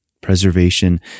Preservation